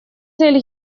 цель